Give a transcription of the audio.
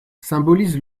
symbolise